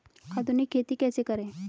आधुनिक खेती कैसे करें?